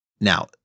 Now